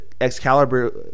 Excalibur